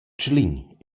tschlin